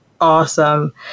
Awesome